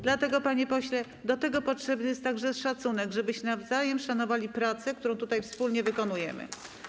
Dlatego, panie pośle, do tego potrzebny jest także szacunek, żebyśmy nawzajem szanowali pracę, którą tutaj wspólnie wykonujemy.